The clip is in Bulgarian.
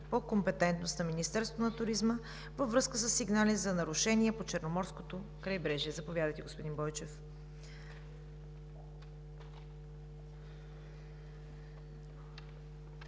по компетентност на Министерството на туризма във връзка със сигнали за нарушения по Черноморското крайбрежие. Заповядайте, господин Бойчев.